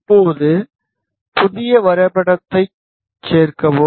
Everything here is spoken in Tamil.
இப்போது புதிய வரைபடத்தைச் சேர்க்கவும்